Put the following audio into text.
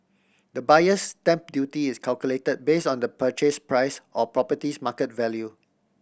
the Buyer's Stamp Duty is calculated based on the purchase price or property's market value